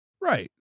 Right